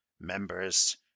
members